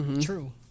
True